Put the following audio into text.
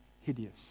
hideous